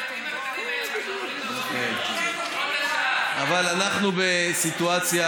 אבל אנחנו בסיטואציה,